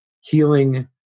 healing